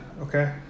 okay